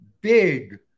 big